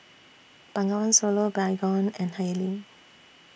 Bengawan Solo Baygon and Haylee